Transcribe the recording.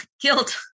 guilt